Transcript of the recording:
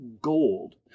gold